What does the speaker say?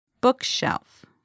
Bookshelf